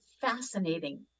fascinating